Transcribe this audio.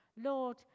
Lord